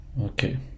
Okay